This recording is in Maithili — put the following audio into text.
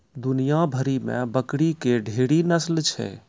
दुनिया भरि मे बकरी के ढेरी नस्ल छै